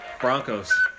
Broncos